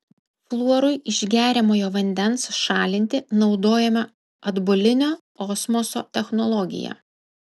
fluorui iš geriamojo vandens šalinti naudojama atbulinio osmoso technologija